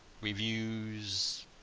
reviews